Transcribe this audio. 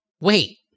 Wait